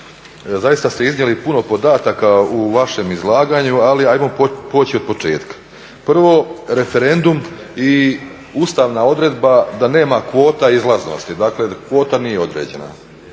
Zaista se iznijeli puno podataka u vašem izlaganju, ali hajmo poći od početka. Prvo referendum i ustavna odredba da nema kvota izlaznosti, dakle kvota nije određena.